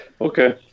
Okay